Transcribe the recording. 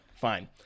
fine